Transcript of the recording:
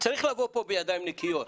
צריך לבוא בידיים נקיות.